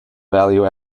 value